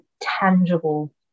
tangible